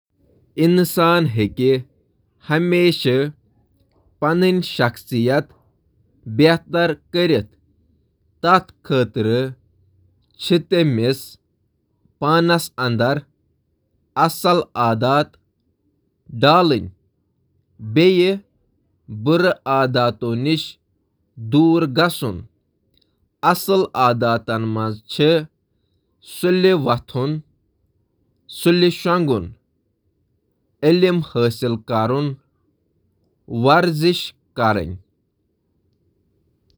آ، پنٕنۍ شخصیت بدلاوُن چھُ مُمکِن، مگر یہِ ہٮ۪کہِ مُشکِل ٲسِتھ۔ ییٚلہِ زن شخصیتٕکۍ کینٛہہ خصلتہٕ زِیٛادٕ سرٛنۍ چھِ، توہہِ ہیٚکِو پنُن رٔویہ تہٕ عادتہٕ کوٗشِش تہٕ خۄد عکاسی سۭتۍ بدلٲوِتھ۔